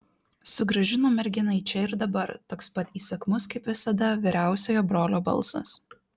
sugrąžino merginą į čia ir dabar toks pat įsakmus kaip visada vyriausiojo brolio balsas